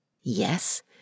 yes